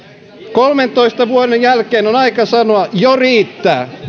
kolmentoista vuoden jälkeen on aika sanoa jo riittää